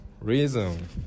reason